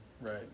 Right